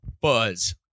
Buzz